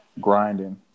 grinding